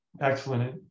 excellent